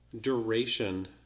duration